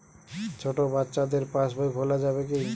ছোট বাচ্চাদের পাশবই খোলা যাবে কি?